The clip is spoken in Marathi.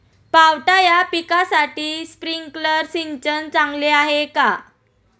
पावटा या पिकासाठी स्प्रिंकलर सिंचन चांगले आहे का?